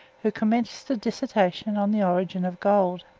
who commenced a dissertation on the origin of gold.